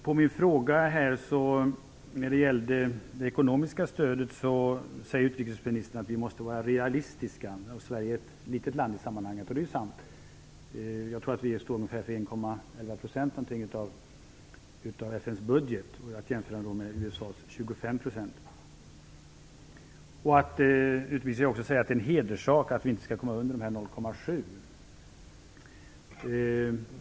På min fråga när det gällde det ekonomiska stödet svarade utrikesministern att vi måste vara realistiska och att Sverige är ett litet land i sammanhanget. Det är ju sant. Jag tror att vi står för ungefär 1,5 % av FN:s budget, att jämföra med USA:s 25 %. Det är en hederssak att vi inte skall hamna under 0,7 %.